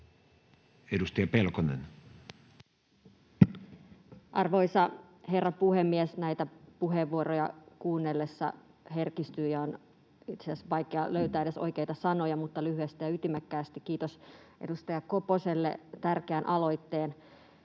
13:18 Content: Arvoisa herra puhemies! Näitä puheenvuoroja kuunnellessa herkistyy, ja on itse asiassa vaikea löytää edes oikeita sanoja, mutta lyhyesti ja ytimekkäästi: Kiitos edustaja Koposelle tärkeän aloitteen